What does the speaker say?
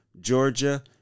Georgia